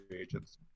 agents